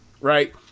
right